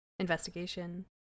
investigation